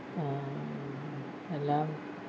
എല്ലാം